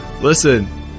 Listen